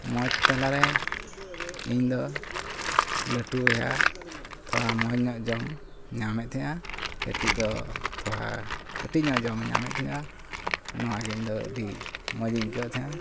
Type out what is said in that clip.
ᱢᱚᱡᱽ ᱛᱟᱞᱟᱨᱮ ᱤᱧᱫᱚ ᱞᱟᱹᱴᱩ ᱵᱚᱭᱦᱟ ᱛᱷᱚᱲᱟ ᱢᱚᱡᱽᱧᱚᱜ ᱡᱚᱢ ᱧᱟᱢᱮᱫ ᱛᱮᱦᱮᱱᱟ ᱠᱟᱹᱴᱤᱡᱫᱚ ᱛᱷᱚᱲᱟ ᱠᱟᱹᱴᱤᱡᱧᱚᱜ ᱡᱚᱢᱮ ᱧᱟᱢᱮᱫ ᱛᱮᱦᱮᱱᱟ ᱱᱚᱣᱟᱜᱮ ᱤᱧᱫᱚ ᱟᱹᱰᱤ ᱢᱚᱡᱽᱤᱧ ᱟᱹᱭᱠᱟᱹᱣᱮᱫ ᱛᱮᱦᱮᱸᱡᱼᱟ